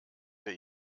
wir